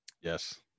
Yes